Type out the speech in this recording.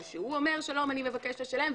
אומר: אני מבקש לשלם,